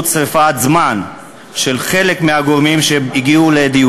גם לזה אתה מצפה, כמו שאתה מצפה מהאזרח לטפל